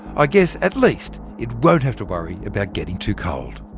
i guess at least it won't have to worry about getting too cold